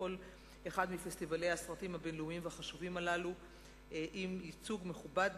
בכל אחד מפסטיבלי הסרטים הבין-לאומיים והחשובים הללו עם ייצוג מכובד,